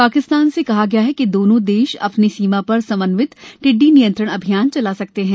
पाकिस्तान से कहा गया है कि दोनों देश अपनी सीमा पर समन्वित टिड्डी नियंत्रण अभियान चला सकते हैं